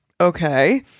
Okay